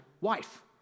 wife